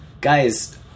guys